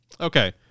Okay